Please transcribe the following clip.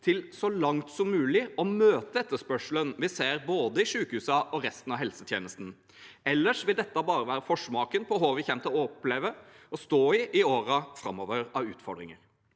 til så langt som mulig å møte etterspørselen vi ser, både i sykehusene og i resten av helsetjenesten. Ellers vil dette bare være forsmaken på hva vi kommer til å oppleve å stå i av utfordringer